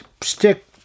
stick